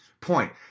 point